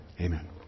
Amen